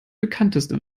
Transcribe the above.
bekannteste